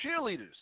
cheerleaders